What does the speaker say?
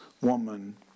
woman